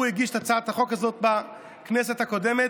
הוא הגיש את הצעת החוק הזאת בכנסת הקודמת,